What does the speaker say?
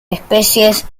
especies